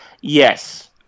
Yes